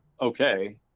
okay